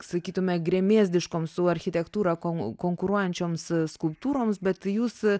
sakytume gremėzdiškoms su architektūra kon konkuruojančioms skulptūroms bet jūs